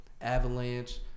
Avalanche